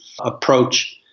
approach